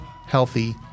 healthy